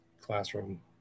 classroom